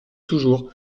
toujours